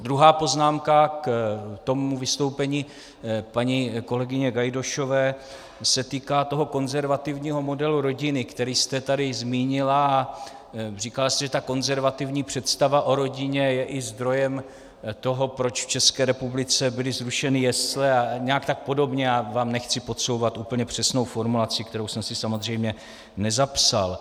Druhá poznámka k vystoupení paní kolegyně Gajdůškové se týká konzervativního modelu rodiny, který jste tady zmínila, a říkala jste, že ta konzervativní představa o rodině je i zdrojem toho, proč v České republice byly zrušeny jesle a nějak tak podobně já vám nechci podsouvat úplně přesnou formulaci, kterou jsem si samozřejmě nezapsal.